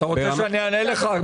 כמה מקרים לא מגיעים אליכם?